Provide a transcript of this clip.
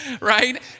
right